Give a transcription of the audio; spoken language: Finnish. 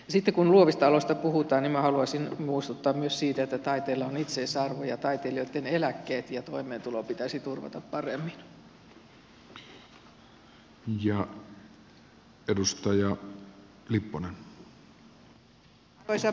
sitten kun luovista aloista puhutaan minä haluaisin muistuttaa myös siitä että taiteella on itseisarvo ja taiteilijoitten eläkkeet ja toimeentulo pitäisi turvata paremmin